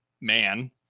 man